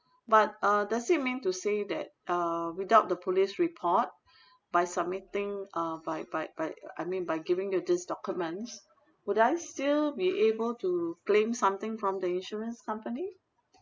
but uh does it mean to say that uh without the police report by submitting uh by by by I mean by giving you these documents would I still be able to claim something from the insurance company